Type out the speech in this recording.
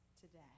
today